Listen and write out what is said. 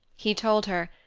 he told her,